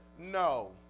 No